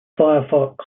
firefox